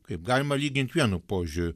kaip galima lygint vienu požiu